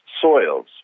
soils